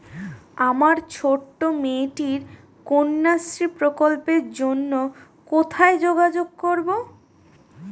আমার ছোট্ট মেয়েটির কন্যাশ্রী প্রকল্পের জন্য কোথায় যোগাযোগ করব?